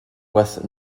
with